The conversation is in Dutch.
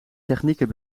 technieken